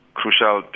crucial